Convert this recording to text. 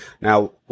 Now